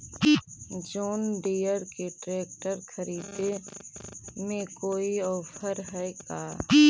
जोन Deere के tractor खरिदे में कोई औफर है का?